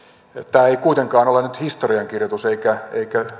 tämä ei kuitenkaan ole nyt historiankirjoitus eikä eikä